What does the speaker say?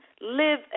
live